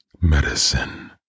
medicine